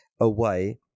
Away